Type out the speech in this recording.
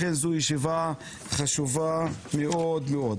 לכן זו ישיבה חשובה מאוד, מאוד.